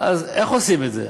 אז איך עושים את זה?